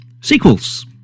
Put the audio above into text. sequels